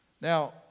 Now